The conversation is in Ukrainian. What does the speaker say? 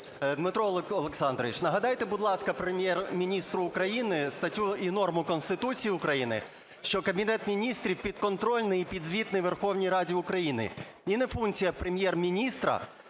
Дмитро Олександрович, нагадайте, будь ласка, Прем'єр-міністру України статтю і норму Конституції України, що Кабінет Міністрів підконтрольний і підзвітний Верховній Раді України. І не функція Прем'єр-міністра